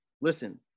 listen